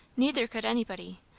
neither could anybody,